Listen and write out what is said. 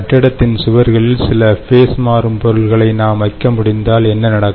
கட்டிடத்தின் சுவர்களில் சில ஃபேஸ் மாறும் பொருள்களை நாம் வைக்க முடிந்தால் என்ன நடக்கும்